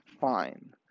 fine